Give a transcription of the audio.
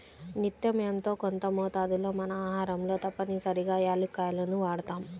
నిత్యం యెంతో కొంత మోతాదులో మన ఆహారంలో తప్పనిసరిగా యాలుక్కాయాలను వాడతాం